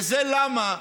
וזה למה?